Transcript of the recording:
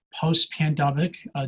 post-pandemic